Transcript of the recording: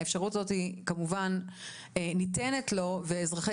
האפשרות הזאת היא כמובן ניתנן לו ואזרחי